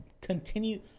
continue